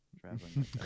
traveling